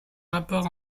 rapports